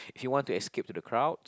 if you want to escape to the crowds